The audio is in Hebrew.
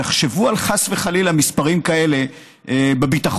תחשבו על, חס וחלילה, מספרים כאלה בביטחון,